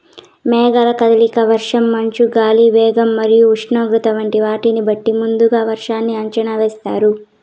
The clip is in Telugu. మేఘాల కదలిక, వర్షం, మంచు, గాలి వేగం మరియు ఉష్ణోగ్రత వంటి వాటిని బట్టి ముందుగా వర్షాన్ని అంచనా వేస్తున్నారు